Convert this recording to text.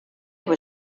were